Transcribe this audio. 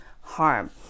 harm